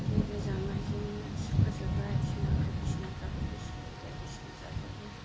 जि गोजांनायजोंनो सुखो जोबो आथिं आखाइ बिसिनाफ्राबो गुसु बायदिसिना जाजोबो